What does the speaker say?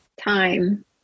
time